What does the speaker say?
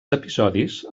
episodis